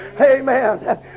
Amen